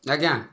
ଆଜ୍ଞା